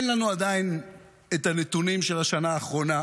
עדיין אין לנו נתונים של השנה האחרונה,